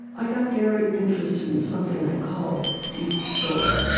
i got very interested in something i call the deep story,